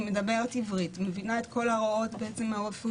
היא מדברת עברית והיא מבינה את כל ההוראות הרפואיות,